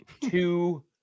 two